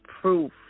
proof